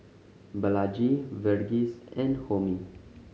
Balaji Verghese and Homi